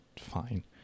fine